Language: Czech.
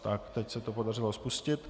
Tak, teď se to podařilo spustit.